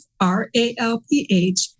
R-A-L-P-H